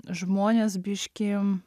žmonės biškį